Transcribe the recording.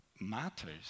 matters